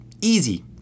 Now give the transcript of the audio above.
easy